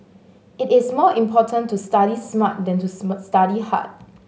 it is more important to study smart than to study hard